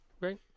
Right